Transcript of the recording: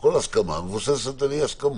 נעבור להצעות